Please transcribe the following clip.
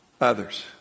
others